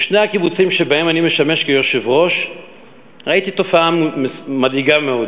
בשני הקיבוצים שבהם אני משמש כיושב-ראש ראיתי תופעה מדאיגה מאוד.